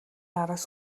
араас